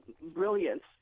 brilliance